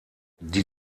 die